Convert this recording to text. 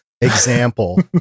example